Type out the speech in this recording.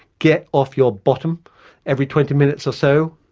get off your bottom every twenty minutes or so,